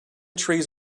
trees